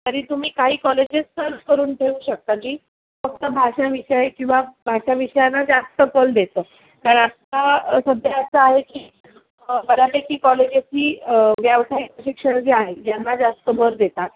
तरी तुम्ही काही कॉलेजेस सर्च करून ठेवू शकता जी फक्त भाषाविषयी किंवा भाषाविषयांना जास्त कल देतं कारण आत्ता सध्या असं आहे की बऱ्यापैकी कॉलेजेस ही व्यावसायिक प्रशिक्षण जे आहेत यांना जास्त भर देतात